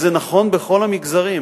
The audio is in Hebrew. זה נכון בכל המגזרים.